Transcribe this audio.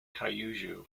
kyushu